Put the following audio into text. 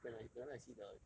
when I whenever I see the